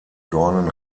dornen